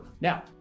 Now